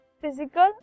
Physical